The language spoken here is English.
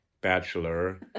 bachelor